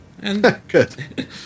Good